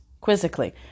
quizzically